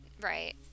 Right